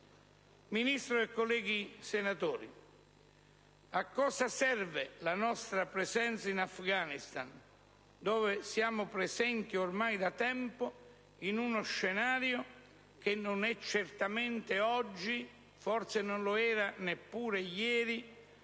Ministro e colleghi senatori, a cosa serve la nostra presenza in Afghanistan, dove siamo presenti ormai da tempo in un contesto che non è certamente oggi, e forse non lo era neppure ieri,